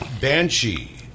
Banshee